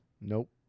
Nope